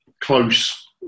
close